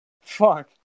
Fuck